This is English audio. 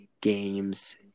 games